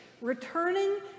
Returning